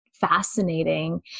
fascinating